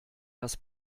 das